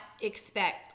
expect